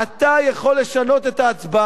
אתה יכול לשנות את ההצבעה,